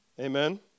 Amen